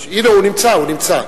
הנה, הוא נמצא, הוא נמצא.